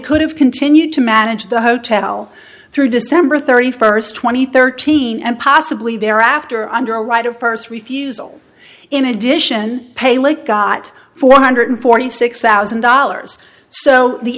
could have continued to manage the hotel through december thirty first twenty thirteen and possibly thereafter under a right of first refusal in addition pay late got four hundred forty six thousand dollars so the